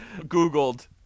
Googled